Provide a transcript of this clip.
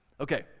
Okay